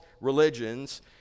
religions